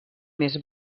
més